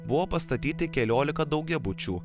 buvo pastatyti keliolika daugiabučių